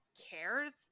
cares